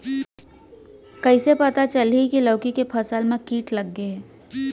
कइसे पता चलही की लौकी के फसल मा किट लग गे हे?